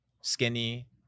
Skinny